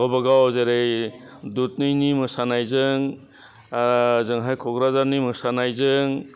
गावबागाव जेरै डुधनैनि मोसानायजों ओंजोंहाय क'क्राझारनि मोसानायजों